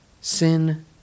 sin